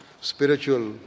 spiritual